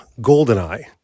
Goldeneye